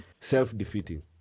self-defeating